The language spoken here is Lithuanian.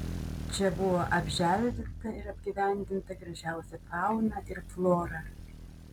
čia buvo apželdinta ir apgyvendinta gražiausia fauna ir flora